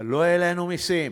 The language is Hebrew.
אבל לא העלינו מסים.